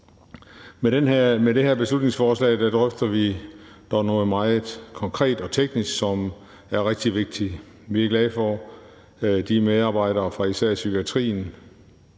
Med det her beslutningsforslag drøfter vi noget meget konkret og teknisk, som er rigtig vigtigt. Vi er glade for de medarbejdere fra især psykiatrien,